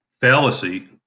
fallacy